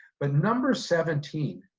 but number seventeen,